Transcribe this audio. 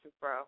bro